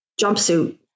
jumpsuit